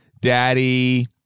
Daddy